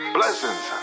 Blessings